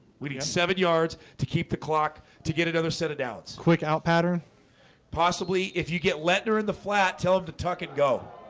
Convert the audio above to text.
we need seven yards to keep the clock to get another set of downs quick out pattern possibly if you get letner in the flat, tell him to tuck it go.